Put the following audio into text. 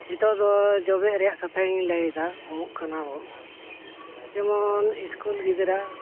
ᱱᱤᱛᱳᱜ ᱫᱚ ᱡᱚᱵᱮᱜ ᱨᱮᱭᱟᱜ ᱠᱟᱛᱷᱟᱧ ᱞᱟᱹᱭᱮᱫᱟ ᱩᱢᱩᱜ ᱠᱟᱱᱟ ᱵᱚᱱ ᱡᱮᱢᱚᱱ ᱤᱥᱠᱩᱞ ᱜᱤᱫᱽᱨᱟᱹ